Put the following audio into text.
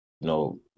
No